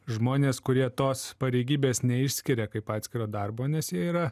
žmonės kurie tos pareigybės neišskiria kaip atskiro darbo nes jie yra